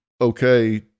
okay